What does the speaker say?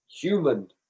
human